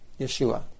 Yeshua